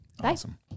Awesome